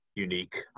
unique